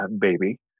baby